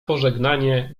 pożegnanie